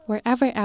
Wherever